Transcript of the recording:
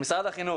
"משרד החינוך.